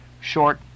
short